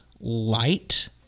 light